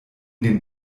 den